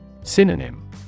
Synonym